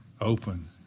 open